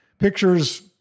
pictures